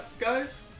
guys